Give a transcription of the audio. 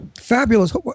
Fabulous